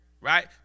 right